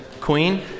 queen